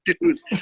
news